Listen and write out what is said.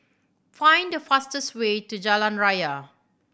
find the fastest way to Jalan Raya